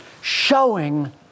showing